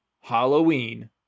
Halloween